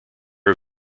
are